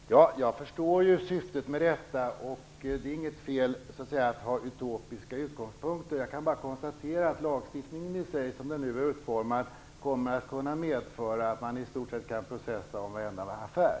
Fru talman! Jag förstår syftet. Det är inget fel i att ha utopiska utgångspunkter. Jag kan bara konstatera att lagstiftningen som den nu är utformad kommer att medföra att man i stort sett kan processa om varenda affär.